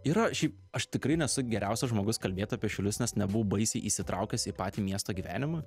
yra šiaip aš tikrai nesu geriausias žmogus kalbėt apie šiaulius nes nebuvau baisiai įsitraukęs į patį miesto gyvenimą